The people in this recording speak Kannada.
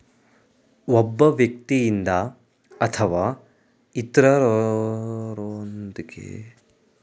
ಒಬ್ಬ ವ್ಯಕ್ತಿಯಿಂದ ಅಥವಾ ಇತ್ರರೊಂದ್ಗೆ ಹೊಸ ಉದ್ಯಮ ರಚನೆಯಲ್ಲಿ ತೊಡಗಿರುವ ಪ್ರಕ್ರಿಯೆ ಹೊಸ ಸಂಸ್ಥೆಮಾಲೀಕರು ನಿರೀಕ್ಷೆ ಒಂದಯೈತೆ